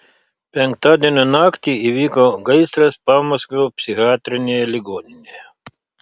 penktadienio naktį įvyko gaisras pamaskvio psichiatrinėje ligoninėje